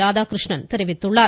ராதாகிருஷ்ணன் தெரிவித்துள்ளார்